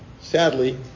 Sadly